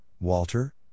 Walter